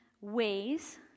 ways